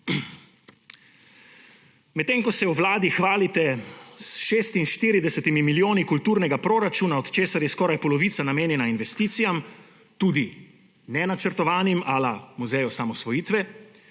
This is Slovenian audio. Medtem ko se v Vladi hvalite s 46 milijoni kulturnega proračuna, od česar je skoraj polovica namenjena investicijam, tudi nenačrtovanim, a la muzej osamosvojitve,